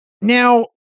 Now